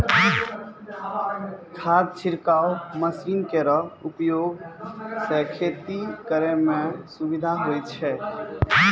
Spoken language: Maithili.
खाद छिड़काव मसीन केरो उपयोग सँ खेती करै म सुबिधा होय छै